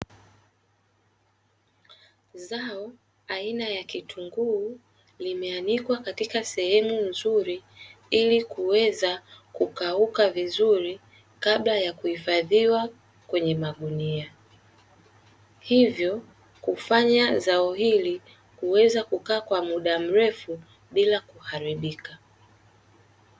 Zao aina ya kitunguu limeanikwa katika sehemu nzuri, ili kuweza kukauka vizuri, kabla ya kuhifadhiwa kwenye magunia, hivyo kufanya zao hili kuweza kukaa kwa muda mrefu bila kuharibika.